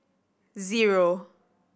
zero